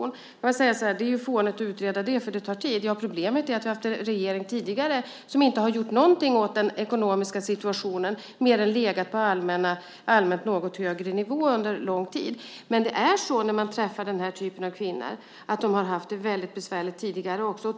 Då kan man säga att det är fånigt att utreda det, för det tar tid. Problemet är att vi tidigare har haft en regering som inte har gjort någonting åt den ekonomiska situationen mer än legat på en allmänt något högre nivå under lång tid. Den här typen av kvinnor har haft det väldigt besvärligt tidigare också.